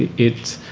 it